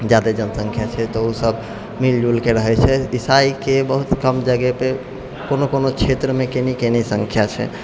ज्यादे जनसंख्या छै तऽ ओसब मिलजुलिकऽ रहै छै इसाईके बहुत कम जगहपे कोनो कोनो क्षेत्रमे कनि कनि संख्या छै